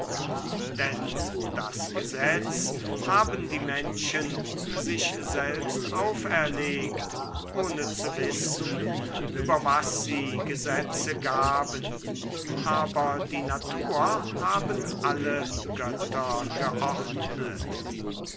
denn das gesetz haben die menschen sich selbst auferlegt ohne zu wissen über was sie gesetze gaben aber die natur haben alle götter geordnet